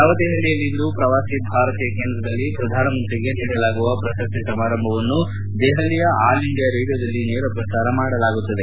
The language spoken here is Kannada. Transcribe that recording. ನವದೆಪಲಿಯಲ್ಲಿಂದು ಪ್ರವಾಸಿ ಭಾರತೀಯ ಕೇಂದ್ರದಲ್ಲಿ ಪ್ರಧಾನಮಂತ್ರಿಗೆ ನೀಡಲಾಗುವ ಪ್ರಶಸ್ತಿ ಸಮಾರಂಭವನ್ನು ದೆಪಲಿಯ ಆಲ್ ಇಂಡಿಯಾ ರೇಡಿಯೊದಲ್ಲಿ ನೇರ ಪ್ರಸಾರ ಮಾಡಲಾಗುತ್ತದೆ